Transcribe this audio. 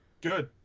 Good